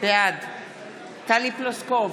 בעד טלי פלוסקוב,